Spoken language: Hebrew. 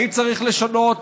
האם צריך לשנות?